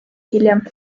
hiljem